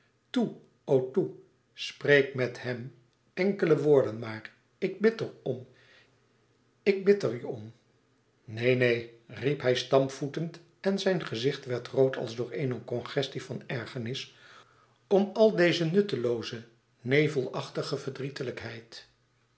o toe spreek met hem enkele woorden maar ik bid er je om ik bid er je om neen neen neen riep hij stampvoetend en zijn gezicht werd rood als door eene congestie van ergernis om al deze nuttelooze